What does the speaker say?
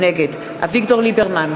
נגד אביגדור ליברמן,